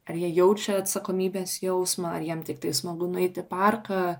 ar jie jaučia atsakomybės jausmą ar jiem tiktai smagu nueit parką